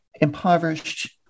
impoverished